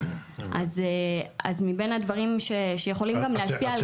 אז מבין הדברים שיכולים גם להשפיע על